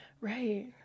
Right